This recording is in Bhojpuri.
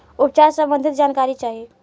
उपचार सबंधी जानकारी चाही?